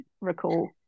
recall